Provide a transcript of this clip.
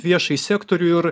viešąjį sektorių ir